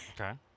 Okay